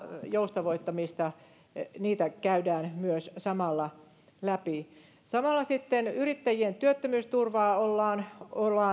joustavoittamista käydään myös samalla läpi samalla myös yrittäjien työttömyysturvaa ollaan